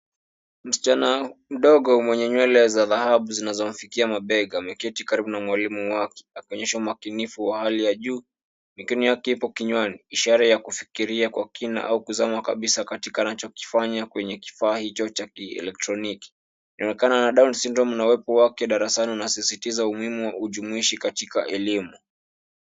Msichana mdogo mwenye nywele za dhahabu zinazofikia mabega ameketi karibu na mwalimu wake akionyesha umakinifu wa hali ya juu. Mikono yake iko kinywani ishara ya kufikiria kwa kina au kuzama kabisa katika anachokifanya kwenye kifaa hicho cha kieletroniki. Inaonekana ana down sydrome na uwepo wake darasani unasisitiza umuhimu wa ujumuishi katika elimu.